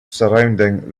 surrounding